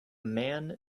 man